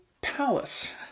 palace